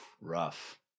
Rough